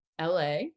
LA